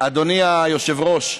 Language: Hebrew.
אדוני היושב-ראש,